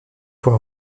pour